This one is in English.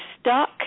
stuck